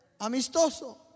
amistoso